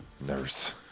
Nurse